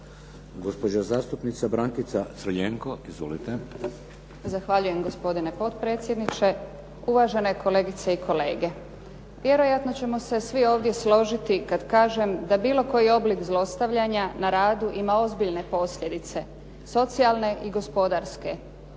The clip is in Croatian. Gospođa zastupnica Brankica Crljenko. Izvolite. **Crljenko, Brankica (SDP)** Zahvaljujem gospodine potpredsjedniče, uvažene kolegice i kolege. Vjerojatno ćemo se svi ovdje složiti kad kažem da bilo koji oblik zlostavljanja na radu ima ozbiljne posljedice, socijalne i gospodarske